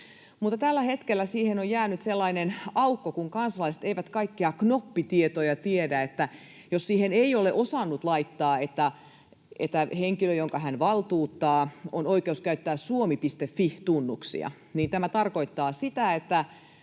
tällä hetkellä siihen on jäänyt sellainen aukko, että kun kansalaiset eivät kaikkia knoppitietoja tiedä, niin jos siihen ei ole osannut laittaa, että henkilöllä, jonka hän valtuuttaa, on oikeus käyttää Suomi.fi -tunnuksia, niin tämä tarkoittaa sitä, että